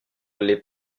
les